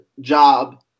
job